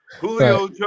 Julio